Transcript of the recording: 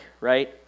right